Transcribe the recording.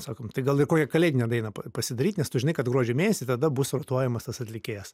sakom tai gal ir kokią kalėdinę dainą pasidaryt nes tu žinai kad gruodžio mėnesį tada bus vartojamas tas atlikėjas